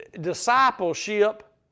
discipleship